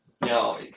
No